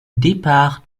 départ